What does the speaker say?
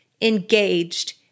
engaged